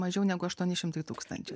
mažiau negu aštuoni šimtai tūkstančių